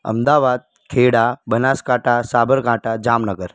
Ahmedabad Kheda Banaskantha Sabarkantha Jamnagar